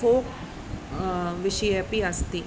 folk विषये अपि अस्ति